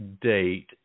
date